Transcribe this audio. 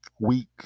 weak